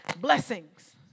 blessings